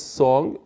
song